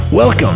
Welcome